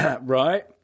Right